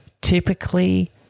typically